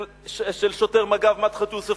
של שוטר מג"ב מדחת יוסף,